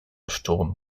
sturm